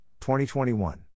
2021